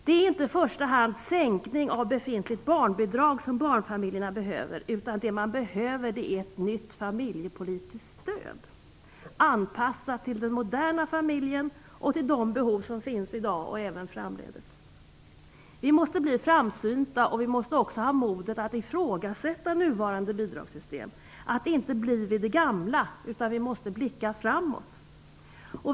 Det är inte i första hand en sänkning av befintligt barnbidrag som barnfamiljerna behöver, utan det man behöver är ett nytt familjepolitiskt stöd, anpassat till den moderna familjen och till de behov som finns i dag och även framdeles. Vi måste bli framsynta, och vi måste också ha modet att ifrågasätta nuvarande bidragssystem, att inte bli vid det gamla utan blicka framåt.